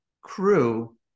crew